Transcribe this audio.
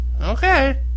okay